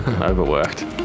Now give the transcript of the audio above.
Overworked